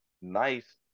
Nice